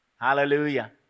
Hallelujah